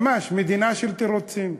ממש מדינה של תירוצים.